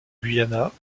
guyana